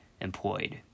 employed